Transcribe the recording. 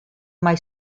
mai